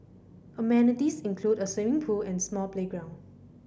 amenities include a swimming pool and small playground